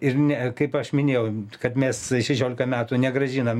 ir ne kaip aš minėjau kad mes šešioliką metų negrąžinam